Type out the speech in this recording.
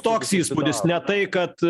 toks įspūdis ne tai kad